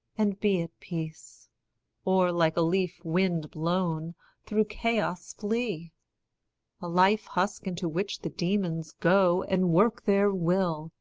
and be at peace or, like a leaf wind-blown, through chaos flee a life-husk into which the demons go, and work their will,